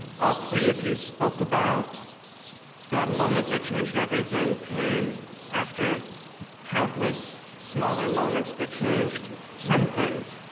all three of you spoke about the moment that changed everything came after countless smaller moments that changed somethings.